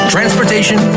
Transportation